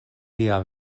tia